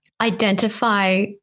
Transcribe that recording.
identify